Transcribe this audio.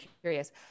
curious